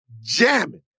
jamming